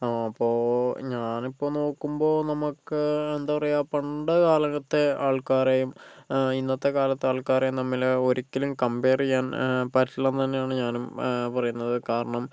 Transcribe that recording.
അപ്പോൾ ഞാനിപ്പോൾ നോക്കുമ്പോൾ നമുക്ക് എന്താ പറയുക പണ്ടുകാലത്തെ ആൾക്കാരെയും ഇന്നത്തെ കാലത്തെ ആൾക്കാരെയും തമ്മിൽ ഒരിക്കലും കംപയർ ചെയ്യാൻ പറ്റില്ലെന്ന് തന്നെയാണ് ഞാനും പറയുന്നത് കാരണം